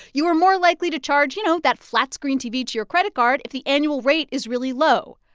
you are more likely to charge, you know, that flat-screen tv to your credit card if the annual rate is really low.